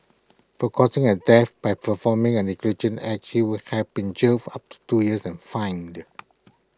for causing A death by performing A negligent act she would have been jailed for up to two years and fined